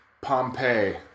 Pompeii